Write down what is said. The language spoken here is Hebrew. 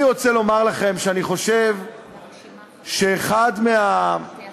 אני רוצה לומר לכם שאני חושב שאחד מהדברים